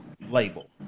label